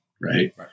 Right